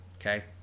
Okay